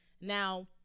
Now